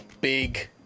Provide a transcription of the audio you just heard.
big